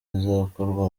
bizakorwa